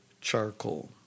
charcoal